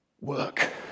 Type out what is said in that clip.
Work